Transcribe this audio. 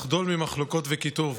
לחדול ממחלוקות וקיטוב.